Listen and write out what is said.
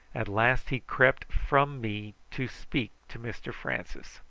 at last he crept from me to speak to mr francis.